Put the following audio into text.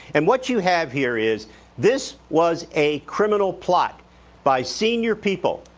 and what you have here is this was a criminal plot by senior people,